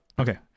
Okay